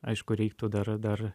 aišku reiktų dar dar